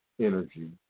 energy